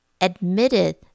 admitted